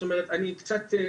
אני קצת,